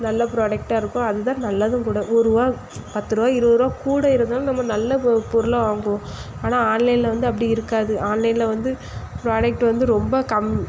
நல்ல ப்ராடக்ட்டாக இருக்கும் அது தான் நல்லதும் கூட ஒருரூவா பத்து ரூவா இருபது ரூவா கூட இருந்தாலும் நம்ம நல்ல ஒரு பொருளாக வாங்குவோம் ஆனா ஆன்லைனில் வந்து அப்படி இருக்காது ஆன்லைனில் வந்து ப்ராடக்ட் வந்து ரொம்ப கம்